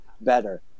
better